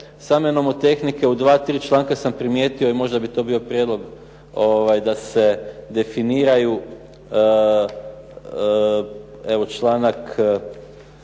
same nomotehnike, u dva, tri članka sam primjetio i možda bi to bio prijedlog da se definiraju. Evo članak